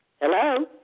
Hello